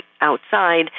outside